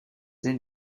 den